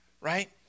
Right